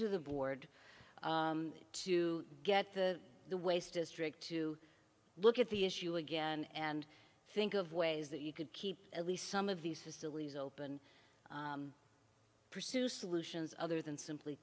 to the board to get the the waste district to look at the issue again and think of ways that you could keep at least some of these facilities open pursue solutions other than simply